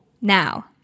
Now